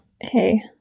Hey